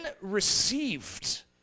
received